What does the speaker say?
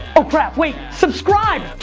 oh crap, wait, subscribe!